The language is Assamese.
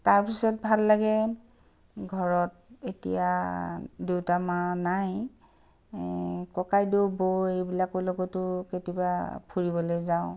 তাৰপিছত ভাল লাগে ঘৰত এতিয়া দেউতা মা নাই ককাইদেউ বৌ এইবিলাকৰ লগতো কেতিয়াবা ফুৰিবলে যাওঁ